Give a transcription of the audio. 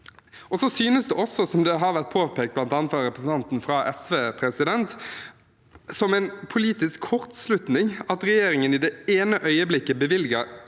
Det synes også, som det har vært påpekt, bl.a. fra representanten fra SV, som en politisk kortslutning at regjeringen i det ene øyeblikket bevilger penger